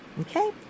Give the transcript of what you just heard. okay